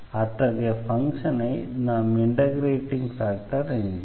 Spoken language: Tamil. அத்தகைய ஃபங்ஷனை நாம் இண்டெக்ரேட்டிங் ஃபேக்டர் என்கிறோம்